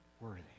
worthy